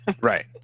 right